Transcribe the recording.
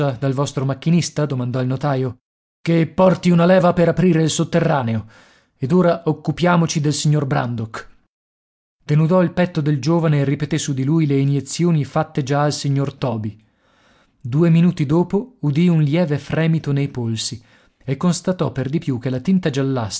dal vostro macchinista domandò il notaio che porti una leva per aprire il sotterraneo ed ora occupiamoci del signor brandok denudò il petto del giovane e ripeté su di lui le iniezioni fatte già al signor toby due minuti dopo udì un lieve fremito nei polsi e constatò per di più che la tinta